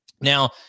now